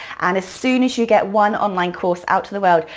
and as soon as you get one online course out to the world,